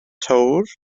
töwr